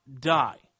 die